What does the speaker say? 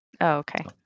Okay